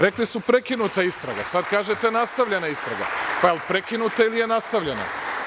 Rekli su – prekinuta istraga, sad kažete nastavljena istraga, pa jel prekinuta ili je nastavljena?